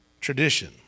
tradition